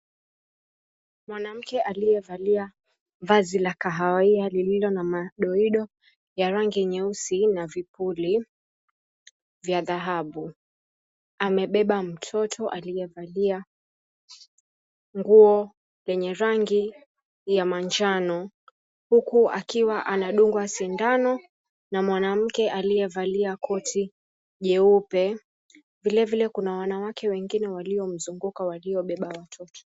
Mwanamke aliyevalia vazi la kahawia lililo na madoido ya rangi nyeusi na vipuli vya dhahabu amebeba mtoto aliyevalia nguo lenye rangi ya manjano huku akiwa anadungwa sindano na mwanamke aliyevalia koti jeupe. Vilevile kuna wanawake wengine waliomzunguka waliobeba watoto.